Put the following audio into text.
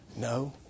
No